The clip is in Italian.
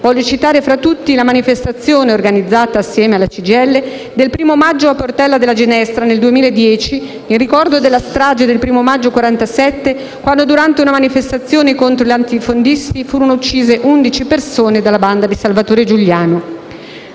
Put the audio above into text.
Voglio citare fra tutti la manifestazione, organizzata assieme anche alla CGIL, del 1° maggio a Portella della Ginestra, nel 2010, in ricordo della strage del 1° maggio 1947 quando, durante una manifestazione contro i latifondisti, furono uccise undici persone dalla banda di Salvatore Giuliano.